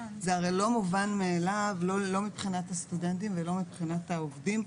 זה הרי לא מובן מאליו לא מבחינת הסטודנטים ולא מבחינת העובדים.